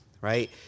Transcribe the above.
right